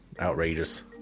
outrageous